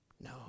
No